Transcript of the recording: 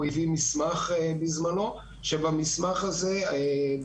בזמנו הוא הביא מסמך ובמסמך הזה במפורש